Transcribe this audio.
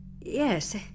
Yes